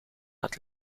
het